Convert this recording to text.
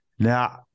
Now